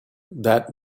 that